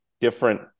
different